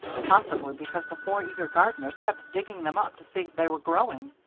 possibly because the four eager gardeners kept digging them up to see if they were growing.